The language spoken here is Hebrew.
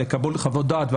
לקבל חוות דעת,